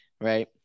right